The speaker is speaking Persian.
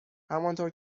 همانطور